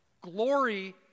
Glory